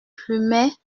plumet